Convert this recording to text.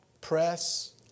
press